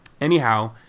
anyhow